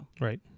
Right